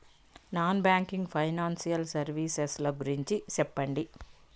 Non banking financial services ల గురించి సెప్పండి?